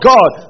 God